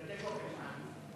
כמה זמן?